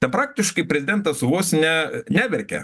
ten praktiškai prezidentas vos ne neverkė